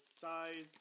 size